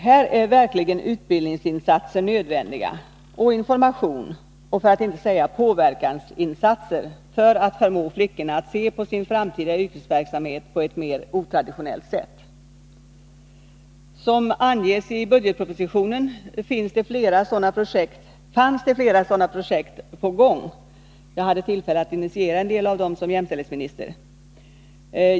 Här är verkligen information och utbildningsinsatser nödvändiga — för att inte säga påverkansinsatser för att förmå flickorna att se på sin framtida yrkesverksamhet på ett mindre traditionellt sätt. Som anges i budgetpropositionen fanns det flera sådana projekt på gång — jag hade tillfälle att initiera en del av dem som jämställdhetsminister.